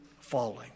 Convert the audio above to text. falling